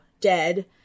dead